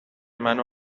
منو